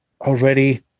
already